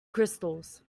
crystals